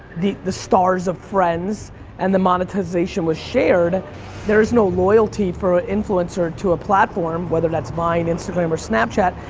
the the stars of friends and the monetization was shared there is no loyalty for influencer to a platform whether that's vine, vine, instagram or snapchat,